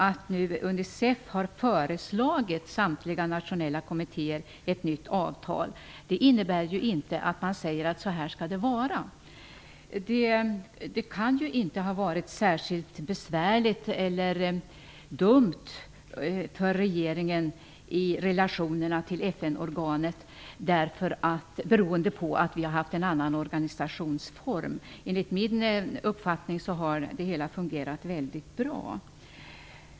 Att Unicef nu har föreslagit samtliga nationella kommittéer ett nytt avtal innebär inte att man säger att det skall vara så. Den annorlunda organisationsform vi haft kan inte ha varit särskilt besvärlig eller dum för regeringen i relationerna till FN-organet. Enligt min uppfattning har det hela fungerat väldigt bra.